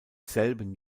selben